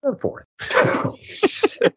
Fourth